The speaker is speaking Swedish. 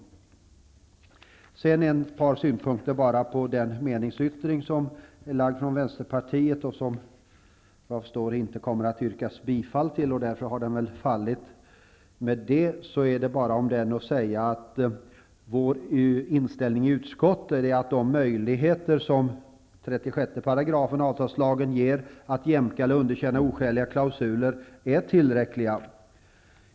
Vidare bara ett par synpunkter på vänsterpartiets meningsyttring, som jag förstår att det inte kommer att yrkas bifall till och som därmed kommer att falla. Jag vill med anledning av den bara säga att inställningen från utskottets sida är den att de möjligheter som 36 § avtalslagen ger att jämka eller underkänna oskäliga klausuler är tillräckliga.